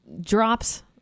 drops